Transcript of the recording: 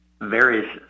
various